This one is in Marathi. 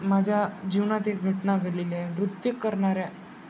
माझ्या जीवनात एक घटना घडलेली आहे नृत्य करणाऱ्या